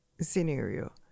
scenario